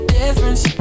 difference